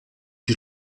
die